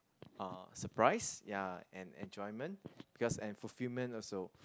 uh surprise ya and and enjoyment because and fullfilment also